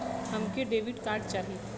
हमके debit card चाही?